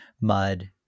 mud